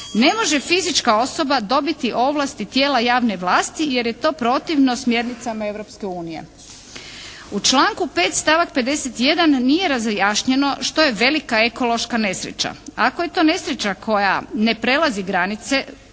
ne može fizička osoba dobiti ovlasti tijela javne vlasti, jer je to protivno smjernicama Europske unije. U članku 5. stavak 51. nije razjašnjeno što je velika ekološka nesreća. Ako je to nesreća koja ne prelazi granice